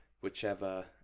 whichever